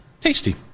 tasty